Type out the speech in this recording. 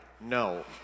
No